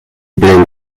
being